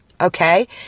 okay